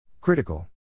Critical